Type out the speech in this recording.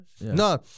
no